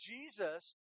Jesus